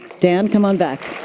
dan, come on back.